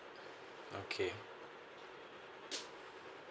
okay